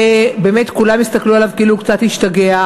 באמת כולם הסתכלו עליו כאילו הוא קצת השתגע,